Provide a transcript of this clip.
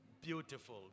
Beautiful